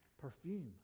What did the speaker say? Perfume